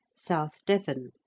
south devon,